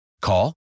Call